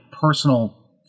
personal